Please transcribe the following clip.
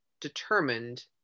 determined